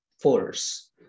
force